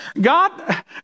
God